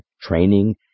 training